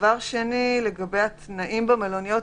דבר שני, לגבי התנאים במלוניות.